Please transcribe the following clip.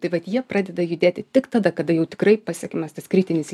tai vat jie pradeda judėti tik tada kada jau tikrai pasiekiamas tas kritinis